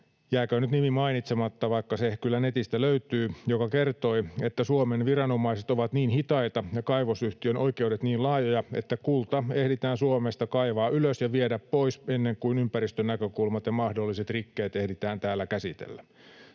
jääköön nyt nimi mainitsematta, vaikka se kyllä netistä löytyy — joka kertoi, että Suomen viranomaiset ovat niin hitaita ja kaivosyhtiön oikeudet niin laajoja, että kulta ehditään Suomesta kaivaa ylös ja viedä pois ennen kuin ympäristönäkökulmat ja mahdolliset rikkeet ehditään täällä käsitellä.